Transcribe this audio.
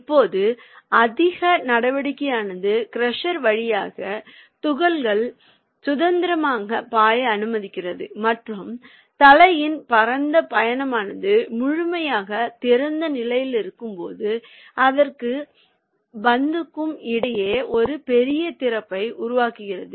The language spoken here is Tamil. இப்போது அதிவேக நடவடிக்கையானது க்ரஷர் வழியாக துகள்கள் சுதந்திரமாக பாய அனுமதிக்கிறது மற்றும் தலையின் பரந்த பயணமானது முழுமையாக திறந்த நிலையில் இருக்கும் போது அதற்கும் பந்துக்கும் இடையே ஒரு பெரிய திறப்பை உருவாக்குகிறது